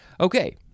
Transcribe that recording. Okay